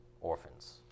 orphans